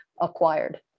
acquired